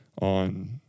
on